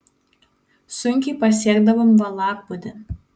sunkiai pasiekdavom valakbūdį